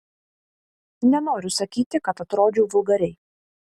nenoriu sakyti kad atrodžiau vulgariai